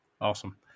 Awesome